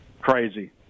Crazy